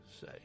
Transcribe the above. say